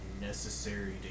necessary